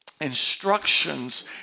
instructions